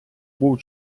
був